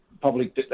public